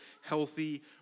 healthy